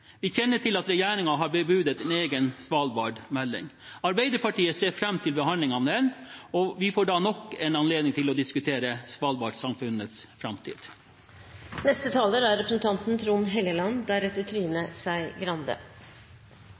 vi ivareta våre interesser, må vi styrke norsk kunnskapsaktivitet på Svalbard. Vi kjenner til at regjeringen har bebudet en egen svalbardmelding. Arbeiderpartiet ser fram til behandlingen av den, og vi får da nok en anledning til å diskutere svalbardsamfunnets